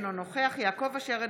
אינו נוכח יעקב אשר,